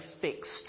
fixed